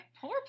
Poor